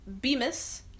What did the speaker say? Bemis